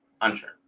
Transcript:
Unsure